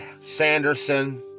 Sanderson